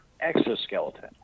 exoskeleton